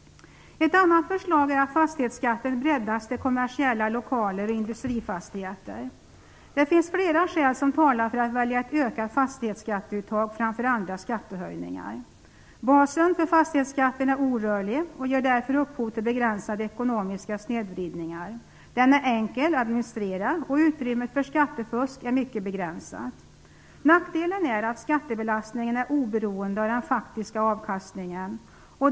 Ett annat förslag är att fastighetsskatten breddas till att omfatta kommersiella lokaler och industrifastigheter. Det finns flera skäl som talat för att välja ett ökat fastighetsskatteuttag framför andra skattehöjningar. Basen för fastighetsskatten är orörlig och ger därför upphov till begränsade ekonomiska snedvridningar. Den är enkel att administrera, och utrymmet för skattefusk är mycket begränsat. Nackdelen är att skattebelastningen är oberoende av den faktiska avkastningen.